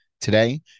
Today